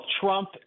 Trump